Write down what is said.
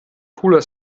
cooler